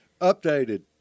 Updated